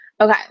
Okay